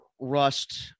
rust